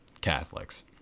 Catholics